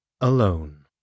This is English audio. alone